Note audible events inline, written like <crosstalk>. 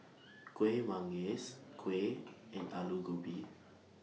<noise> Kueh Manggis Kuih and Aloo Gobi